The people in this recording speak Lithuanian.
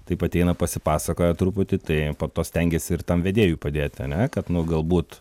taip ateina pasipasakoja truputį tai po to stengiesi ir tam vedėjui padėti ane kad nu galbūt